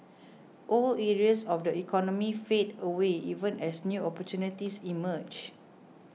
old areas of the economy fade away even as new opportunities emerge